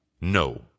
no